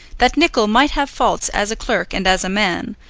that nicol might have faults as a clerk and as a man,